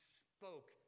spoke